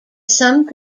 some